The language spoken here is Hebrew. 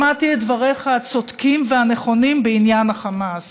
שמעתי את דבריך הצודקים והנכונים בעניין החמאס,